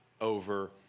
over